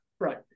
Right